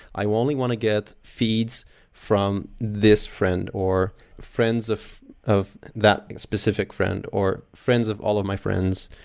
i will only want to get feeds from this friend, or friends of of that specific friend, or friends of all of my friends,